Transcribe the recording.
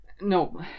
No